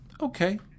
okay